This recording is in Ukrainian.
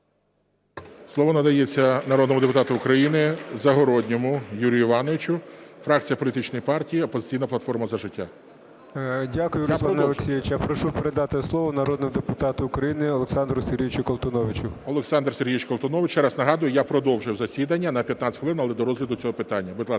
Слово надається народному депутату України Загородньому Юрію Івановичу, фракція політичної партії "Опозиційна платформа – За життя". 14:58:50 ЗАГОРОДНІЙ Ю.І. Дякую, Руслане Олексійовичу. Я прошу передати слово народному депутату України Олександру Сергійовичу Колтуновичу. ГОЛОВУЮЧИЙ. Олександр Сергійович Колтунович. Ще раз нагадую, я продовжив засідання на 15 хвилин, але до розгляду цього питання. Будь ласка,